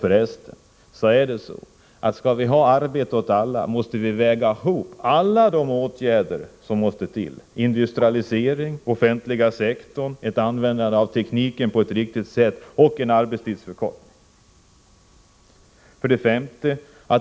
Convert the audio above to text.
Förresten är det så att om man skall ha arbete åt alla måste man lägga ihop alla de åtgärder som behövs: industrialisering, offentlig sektor, användande av teknik på ett riktigt sätt och en arbetstidsförkortning. 5.